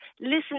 Listen